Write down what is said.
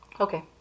Okay